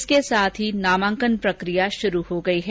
इसके साथ ही नामांकन प्रकिया शुरू हो गई है